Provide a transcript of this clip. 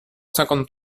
cinquante